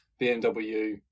bmw